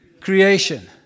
creation